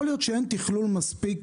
יכול להיות שאין תכלול מספיק?